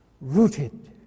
rooted